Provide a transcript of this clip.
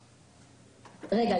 רגע,